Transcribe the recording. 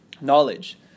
knowledge